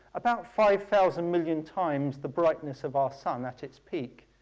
about five thousand million times the brightness of our sun at its peak.